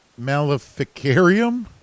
Maleficarium